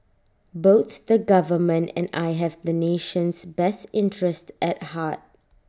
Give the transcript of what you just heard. both the government and I have the nation's best interest at heart